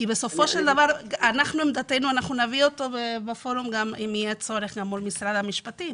בסופו של דבר את עמדתנו נביא גם בפורום מול משרד המשפטים.